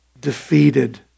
defeated